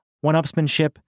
One-upsmanship